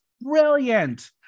brilliant